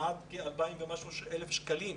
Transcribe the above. עד כ-2,000 ומשהו שקלים.